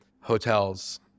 Hotels